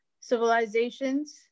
civilizations